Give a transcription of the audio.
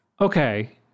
Okay